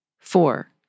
Four